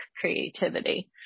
creativity